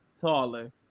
taller